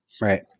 right